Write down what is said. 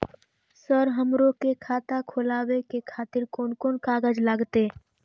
Sir हमरो के खाता खोलावे के खातिर कोन कोन कागज लागते?